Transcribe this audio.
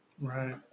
Right